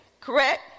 Correct